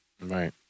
Right